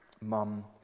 mum